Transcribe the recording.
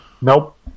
Nope